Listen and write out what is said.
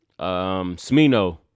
Smino